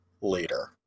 later